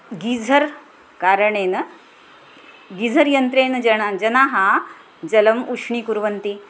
geyser कारणेन geyser यन्त्रेण जनः जनाः जलम् उष्णीकुर्वन्ति